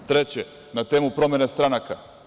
Treće, na temu promene stranaka.